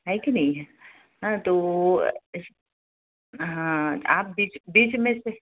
है कि नहीं है हाँ तो हाँ आप बीच बीच में से